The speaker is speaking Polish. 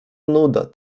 nuda